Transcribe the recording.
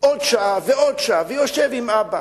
עוד שעה ועוד שעה, ויושב עם אבא.